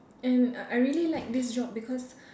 and I I really like this job because